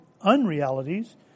unrealities